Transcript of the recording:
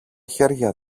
χέρια